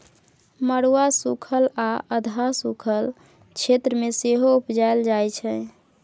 मरुआ सुखल आ अधहा सुखल क्षेत्र मे सेहो उपजाएल जाइ छै